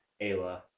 Ayla